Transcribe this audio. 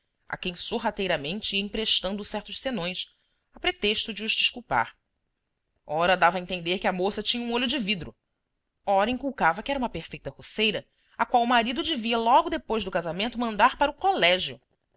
a quem sorrateiramente ia emprestando certos senões a pretexto de os desculpar ora dava a entender que a moça tinha um olho de vidro ora inculcava que era uma perfeita roceira a qual o marido devia logo depois do casamento mandar para o colégio